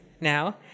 now